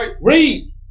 Read